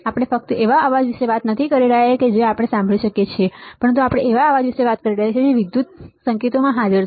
આપણે ફક્ત એવા અવાજ વિશે વાત નથી કરી રહ્યા જે આપણે સાંભળી શકીએ છીએ પરંતુ અવાજ વિશે વાત કરીએ છીએ જે વિદ્યુત સંકેતોમાં હાજર છે